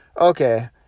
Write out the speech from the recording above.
okay